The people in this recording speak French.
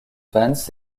vans